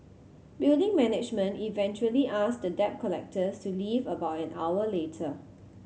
building management eventually asked the debt collectors to leave about an hour later